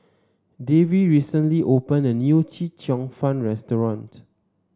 Davie recently opened a new Chee Cheong Fun restaurant